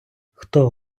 хто